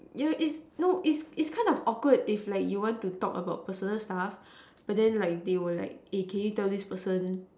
yeah it's no it's it's kind of like awkward if like you want to talk about personal stuff but then like they were like eh can you tell this person